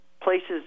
Places